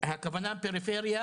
הכוונה שלי בפריפריה,